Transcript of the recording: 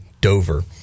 Dover